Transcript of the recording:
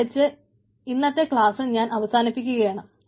ഇവിടെവച്ച് ഇന്നത്തെ ക്ലാസ്സ് ഞാൻ അവസാനിപ്പിക്കുകയാണ്